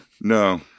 No